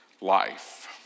life